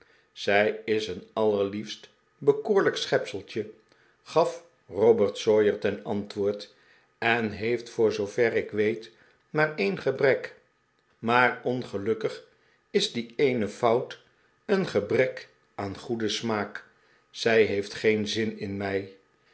zij is een allerliefst bekoorlijk schepseltje gaf robert sawyer ten antwoord en heeft voor zoover ik weet maar een gebrek maar ongelukkig is die eene fout een gebrek aan goeden smaak zij heeft geen zin in mij